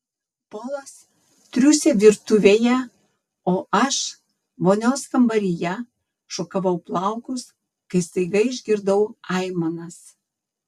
polas triūsė virtuvėje o aš vonios kambaryje šukavau plaukus kai staiga išgirdau aimanas